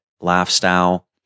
lifestyle